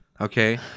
okay